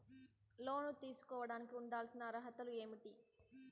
లోను తీసుకోడానికి ఉండాల్సిన అర్హతలు ఏమేమి?